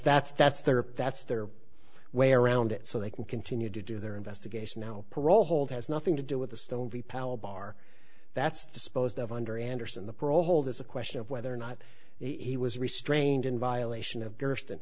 that's that's their that's their way around it so they can continue to do their investigation now parole hold has nothing to do with the stove the power bar that's disposed of under anderson the parole hold is a question of whether or not he was restrained in violation of d